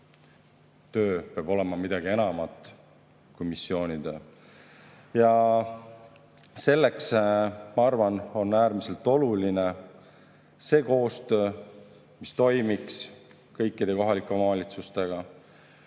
töö peab olema midagi enamat kui missioon. Selleks, ma arvan, on äärmiselt oluline see koostöö, mis toimub kõikide kohalike omavalitsustega.